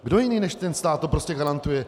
Kdo jiný než ten stát to prostě garantuje?